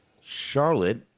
Charlotte